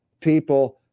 people